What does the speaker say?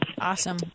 Awesome